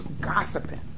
gossiping